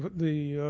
the